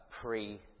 pre